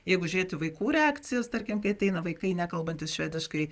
jeigu žiūrėt į vaikų reakcijas tarkim kai ateina vaikai nekalbantys švediškai